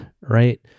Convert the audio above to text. right